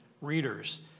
readers